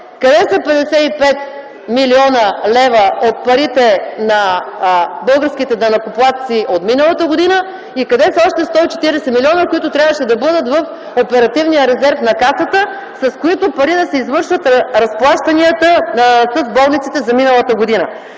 къде са 55 млн. лв. от парите на българските данъкоплатци от миналата година и къде са още 140 милиона, които трябваше да бъдат в оперативния резерв на Касата, с които пари да се извършат разплащанията с болниците за миналата година.